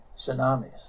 tsunamis